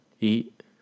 eat